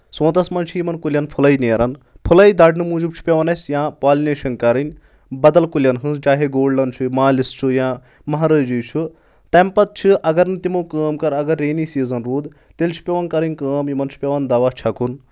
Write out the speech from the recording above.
سونتس منٛز چھِ یِمن کُلؠن پھٕلے نیران پھٕلے درنہٕ موٗجوٗب چھُ پیٚوان اسہِ یا پالنیشن کرٕنۍ بدل کُلؠن ہٕنٛز چاہے گولڈن چھُ مالِس چھُ یا مہرٲجی چھُ تَمہِ پَتہٕ چھِ اگر نہٕ تِمو کٲم کَرٕ اگر رینی سیٖزن روٗد تیٚلہِ چھُ پیٚوان کرٕنۍ کٲم یِمَن چھُ پیٚوان دوا چھکُن